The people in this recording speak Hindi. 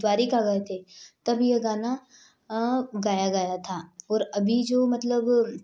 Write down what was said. द्वारिका गए थे तब यह गाना गाया गया था और अभी जो मतलब